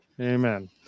Amen